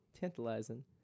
tantalizing